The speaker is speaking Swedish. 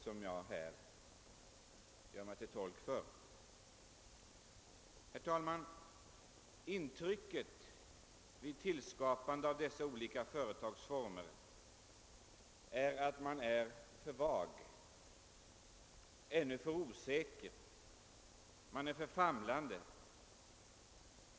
Intrycket av dessa olika företagsformers tillskapande är att man på regeringshåll ännu är för vag, för osäker, för famlande i sitt grepp.